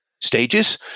stages